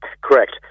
Correct